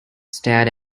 stared